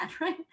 right